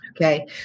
Okay